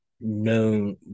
Known